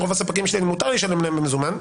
ולרוב הספקים שלי מותר לשלם במזומן.